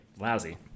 lousy